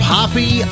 Poppy